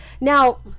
Now